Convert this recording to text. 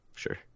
Sure